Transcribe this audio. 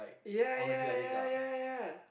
ya ya ya ya ya